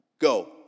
Go